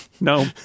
no